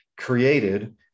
created